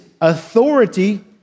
authority